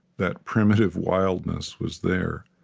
that primitive wildness was there.